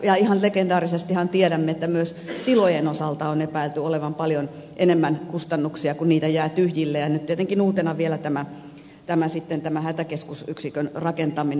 ja ihan legendaarisestihan tiedämme että myös tilojen osalta on epäilty olevan paljon enemmän kustannuksia kun niitä jää tyhjilleen ja nyt tietenkin uutena on vielä sitten tämä hätäkeskusyksikön rakentaminen